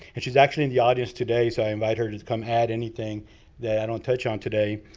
and she's actually in the audience today. so, i invite her to come add anything that i don't touch on today.